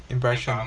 impression